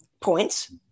points